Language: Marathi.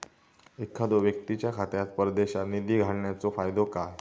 एखादो व्यक्तीच्या खात्यात परदेशात निधी घालन्याचो फायदो काय?